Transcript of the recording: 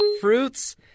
Fruits